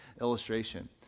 illustration